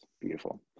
Beautiful